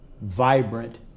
vibrant